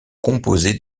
composées